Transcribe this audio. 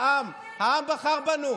העם איתנו, בוחר בנו.